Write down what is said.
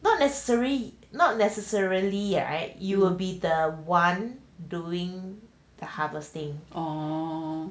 not necessary not necessarily right you will be the one doing the harvesting